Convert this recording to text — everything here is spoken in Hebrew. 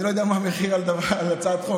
אני לא יודע מה המחיר של הצעת חוק.